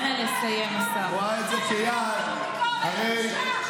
אם היה לי גור, שיירדם, שיישן.